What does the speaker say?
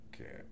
Okay